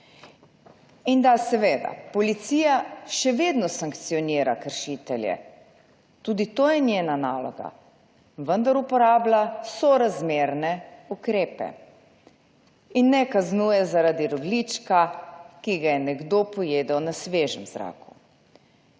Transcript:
in da, seveda, policija še vedno sankcionira kršitelje, tudi to je njena naloga, vendar uporablja sorazmerne ukrepe in ne kaznuje zaradi rogljička, ki ga je nekdo pojedel na svežem zraku.